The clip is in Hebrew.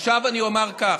עכשיו אני אומר כך: